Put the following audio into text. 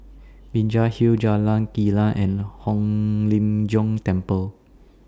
Binjai Hill Jalan Kilang and Hong Lim Jiong Temple